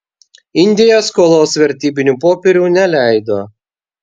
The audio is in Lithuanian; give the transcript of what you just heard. indija skolos vertybinių popierių neleido